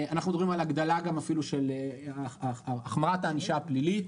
אנחנו מדברים גם על אפילו החמרת הענישה הפלילית.